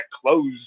closed